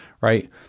right